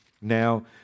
Now